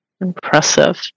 impressive